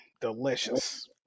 Delicious